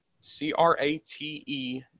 C-R-A-T-E